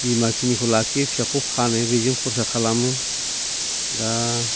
बिमा खिनिखौ लाखियो फिसाखौ फानो बेजों खरसा खालामो दा